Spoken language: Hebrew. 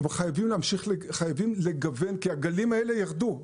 אבל חייבים לגוון, כי הגלים האלה ירדו.